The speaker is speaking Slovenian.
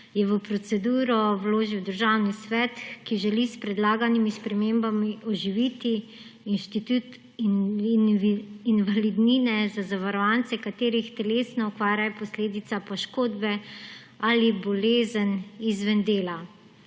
je v proceduro vložil Državni svet, ki želi s predlaganimi spremembami oživiti institut invalidnine za zavarovance, katerih telesna okvara je posledica poškodbe ali bolezni izven dela.